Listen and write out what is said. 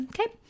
okay